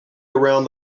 around